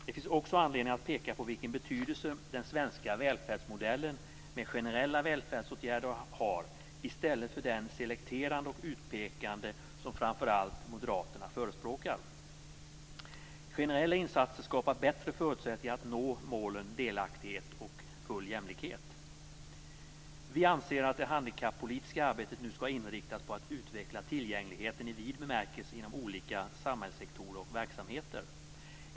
Det finns också anledning att peka på den betydelse som den svenska välfärdsmodellen med generell välfärdsåtgärder har i motsats till den selekterande och utpekande som framför allt Moderaterna förespråkar. Generella insatser skapar bättre förutsättningar att nå målen delaktighet och full jämlikhet. Vi anser att det handikappolitiska arbetet nu skall inriktas på att utveckla tillgängligheten i vid bemärkelse inom olika samhällssektorer och verksamheter.